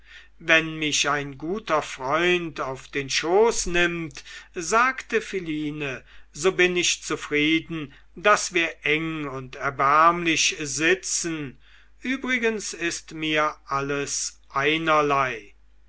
wenn mich ein guter freund auf den schoß nimmt sagte philine so bin ich zufrieden daß wir eng und erbärmlich sitzen übrigens ist mir alles einerlei